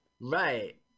Right